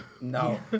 No